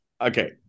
Okay